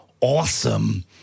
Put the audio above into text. awesome